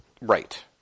Right